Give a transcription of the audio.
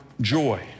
joy